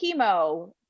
chemo